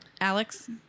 Alex